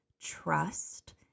trust